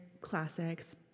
classics